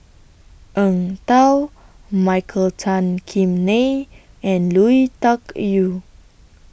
Eng Tow Michael Tan Kim Nei and Lui Tuck Yew